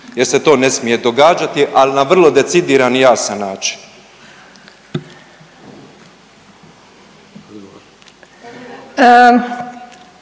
jer se to ne smije događati, ali na vrlo decidiran i jasan način.